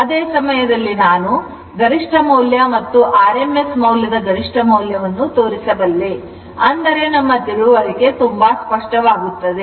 ಅದೇ ಸಮಯದಲ್ಲಿ ನಾನು ಗರಿಷ್ಠ ಮೌಲ್ಯವನ್ನು ಮತ್ತು rms ಮೌಲ್ಯದ rms ಮೌಲ್ಯದ ಗರಿಷ್ಠ ಮೌಲ್ಯವನ್ನು ತೋರಿಸಬಲ್ಲೆ ಅಂದರೆ ನಮ್ಮ ತಿಳುವಳಿಕೆ ತುಂಬಾ ಸ್ಪಷ್ಟವಾಗುತ್ತದೆ